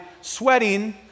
sweating